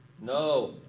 No